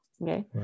okay